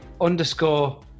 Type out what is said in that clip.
underscore